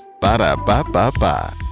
Ba-da-ba-ba-ba